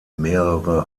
mehrere